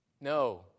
No